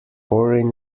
foreign